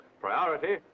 Priority